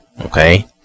Okay